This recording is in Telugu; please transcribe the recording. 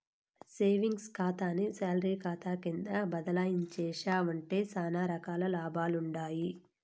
సేవింగ్స్ కాతాని సాలరీ కాతా కింద బదలాయించేశావంటే సానా రకాల లాభాలుండాయి